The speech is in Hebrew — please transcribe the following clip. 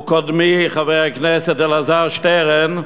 ודברי קודמי חבר הכנסת אלעזר שטרן,